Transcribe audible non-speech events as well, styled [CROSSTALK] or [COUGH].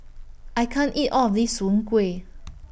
I can't eat All of This Soon Kueh [NOISE]